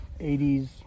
80s